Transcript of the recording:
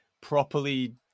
properly